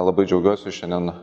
labai džiaugiuosi šiandien